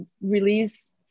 release